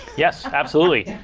yes, absolutely.